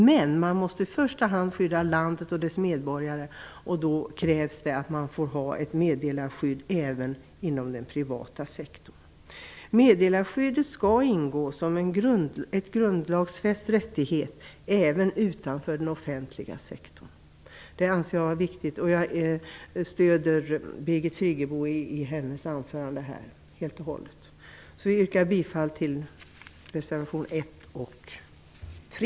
Men man måste i första hand skydda landet och dess medborgare, och då krävs ett meddelarskydd även inom den privata sektorn. Meddelarskyddet skall ingå som en grundlagsfäst rättighet även utanför den offentliga sektorn. Jag anser att det är viktigt, och jag stöder helt och hållet Birgit Friggebo i hennes anförande på den punkten. Jag yrkar bifall till reservationerna 1 och 3.